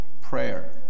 prayer